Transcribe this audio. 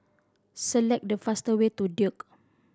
select the fastest way to Duke